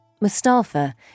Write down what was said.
Mustafa